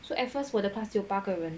so at first 我的 class 才有八个人